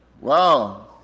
wow